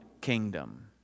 kingdom